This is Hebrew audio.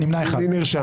הצבעה לא אושרו.